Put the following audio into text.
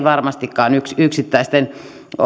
varmastikaan yksittäisten